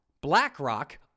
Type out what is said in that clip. BlackRock